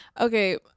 okay